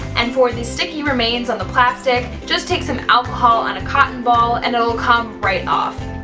and for the sticky remains on the plastic, just take some alcohol on a cotton ball and it'll come right off!